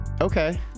okay